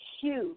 huge